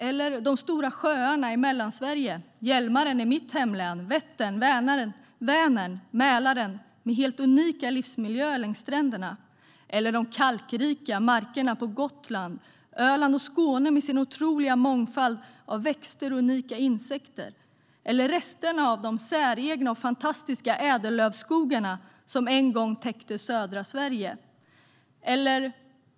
Vi har också de stora sjöarna i Mellansverige: Hjälmaren i mitt hemlän, Vättern, Vänern och Mälaren med helt unika livsmiljöer längs stränderna. Vi har de kalkrika markerna på Gotland, Öland och Skåne med sin otroliga mångfald av växter och unika insekter. Vi har resterna av de säregna och fantastiska ädellövskogar som en gång täckte södra Sverige.